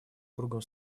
кругом